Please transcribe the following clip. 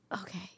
Okay